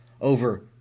over